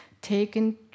taken